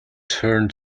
turn